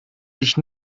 sich